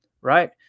right